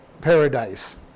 paradise